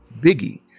Biggie